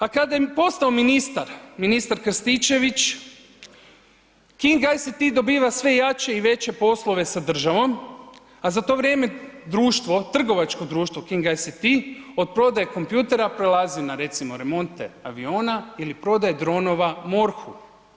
A kada je postao ministar, ministar Krstičević King ICT dobiva sve jače i veće poslove sa državom, a za to vrijeme društvo, trgovačko društvo King ICT od prodaje kompjutora prelazi recimo na remonte aviona ili prodaje dronova MORH-u.